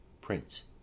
Prince